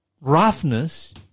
roughness